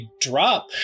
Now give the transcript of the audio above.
drop